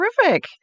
terrific